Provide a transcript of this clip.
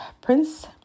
Prince